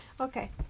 Okay